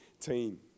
team